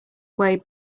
way